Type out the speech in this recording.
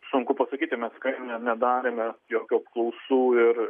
sunku pasakyti mes ne nedarėme jokių apklausų ir